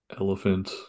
Elephant